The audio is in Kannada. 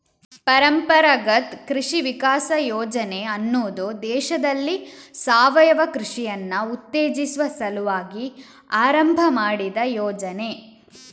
ಪರಂಪರಾಗತ್ ಕೃಷಿ ವಿಕಾಸ ಯೋಜನೆ ಅನ್ನುದು ದೇಶದಲ್ಲಿ ಸಾವಯವ ಕೃಷಿಯನ್ನ ಉತ್ತೇಜಿಸುವ ಸಲುವಾಗಿ ಆರಂಭ ಮಾಡಿದ ಯೋಜನೆ